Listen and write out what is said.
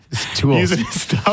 tools